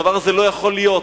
הדבר הזה לא יכול להיות.